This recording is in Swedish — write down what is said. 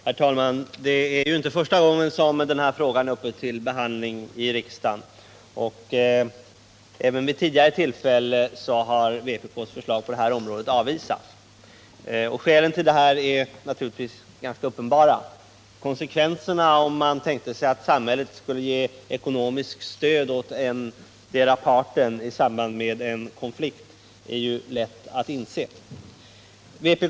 Herr talman! Det är ju inte första gången som denna fråga är uppe till behandling i riksdagen. Även vid tidigare tillfälle har vpk:s förslag på detta område avvisats. Skälen är ganska uppenbara. Om samhället skulle ge ekonomiskt stöd åt endera parten i samband med en konflikt vore det lätt att inse konsekvenserna.